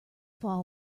fall